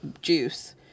juice